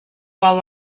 while